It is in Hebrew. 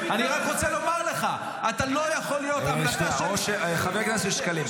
אני רק רוצה לומר לך: אתה לא יכול להיות ------ חבר הכנסת שקלים,